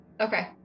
Okay